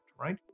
right